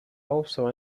also